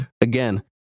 again